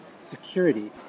security